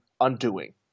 undoing